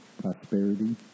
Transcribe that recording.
prosperity